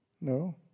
No